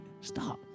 stop